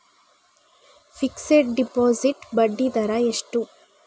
Fixed deposit ಬಡ್ಡಿ ದರ ಎಷ್ಟು?